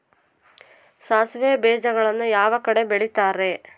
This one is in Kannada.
ಸಾಸಿವೆ ಬೇಜಗಳನ್ನ ಯಾವ ಕಡೆ ಬೆಳಿತಾರೆ?